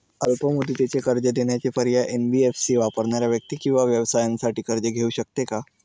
अल्प मुदतीचे कर्ज देण्याचे पर्याय, एन.बी.एफ.सी वापरणाऱ्या व्यक्ती किंवा व्यवसायांसाठी कर्ज घेऊ शकते का?